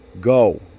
go